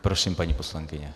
Prosím, paní poslankyně.